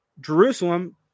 Jerusalem